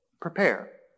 prepare